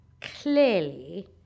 clearly